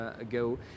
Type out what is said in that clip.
ago